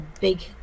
big